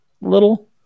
little